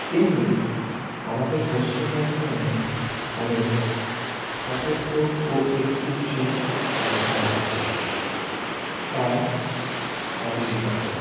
তেমনি আমাদের পশ্চিম বর্ধমানে অনেক স্থাপত্য ও ঐতিহ্য জায়গাও আছে তার অনস্বীকার্য